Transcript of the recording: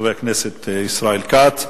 חבר הכנסת ישראל כץ.